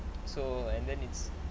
so and then it's